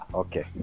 okay